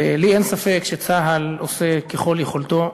לי אין ספק שצה"ל עושה ככל יכולתו.